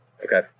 Okay